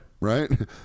Right